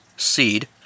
seed